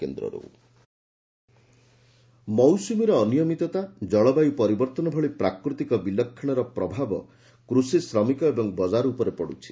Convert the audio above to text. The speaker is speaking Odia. ଓୟଏଟି ମୌସୁମୀର ଅନିୟମିତତା ଜଳବାୟୁ ପରିବର୍ତ୍ତନ ଭଳି ପ୍ରାକୃତିକ ବିଲକ୍ଷଶର ପ୍ରଭାବ କୃଷି ଶ୍ରମିକ ଏବଂ ବକାର ଉପରେ ପଡୁଛି